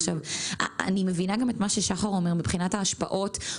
אני מבינה גם את מה ששחר אומר מבחינת ההשפעות.